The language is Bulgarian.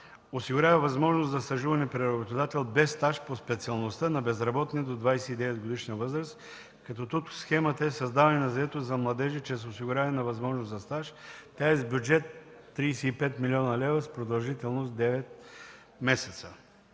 осигурява възможност за стажуване при работодател без стаж по специалността на безработния до 29 годишна възраст, като тук схемата е „Създаване на заетост за младежи чрез осигуряване на възможност за стаж”. Тя е с бюджет 35 млн. лв., с продължителност девет месеца.